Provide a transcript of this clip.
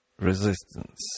resistance